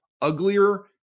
uglier